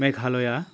Meghalaya